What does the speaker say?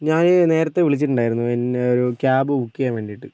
ഞാന് നേരത്തെ വിളിച്ചിട്ട് ഉണ്ടായിരുന്നു എന്നെ ഒരു ക്യാബ് ബുക്ക് ചെയ്യാൻ വേണ്ടിയിട്ട്